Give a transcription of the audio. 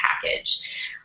package